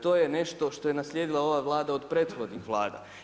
To je nešto što je naslijedila ova Vlada od prethodnih Vlada.